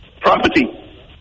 property